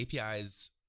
APIs